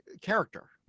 character